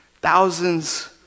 thousands